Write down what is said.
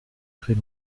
très